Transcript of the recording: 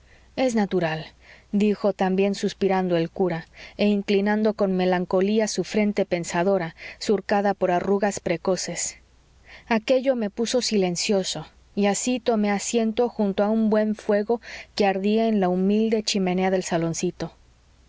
es natural dijo también suspirando el cura e inclinando con melancolía su frente pensadora surcada por arrugas precoces aquello me puso silencioso y así tomé asiento junto a un buen fuego que ardía en la humilde chimenea del saloncito